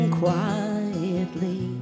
quietly